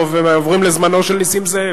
ועוברים לזמנו של נסים זאב.